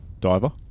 Diver